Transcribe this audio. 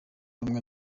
rumwe